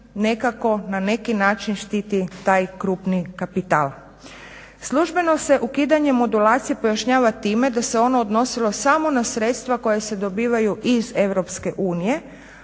nekako na neki način štiti taj krupni kapital. Službeno se ukidanje modulacije pojašnjava time da se ono odnosilo samo na sredstva koja se dobivaju iz